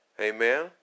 Amen